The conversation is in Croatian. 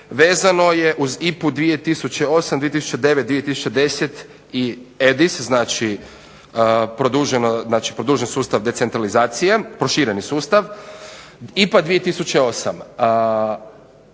Vezano je uz IPA-u 2008, 2009, 2010 i EDIS, znači produžen sustav decentralizacije, prošireni sustav. IPA 2008